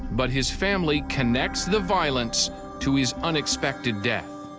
but his family connects the violence to his unexpected death.